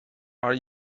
are